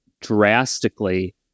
drastically